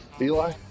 Eli